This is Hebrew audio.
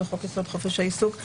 וחוק-יסוד: חופש העיסוק,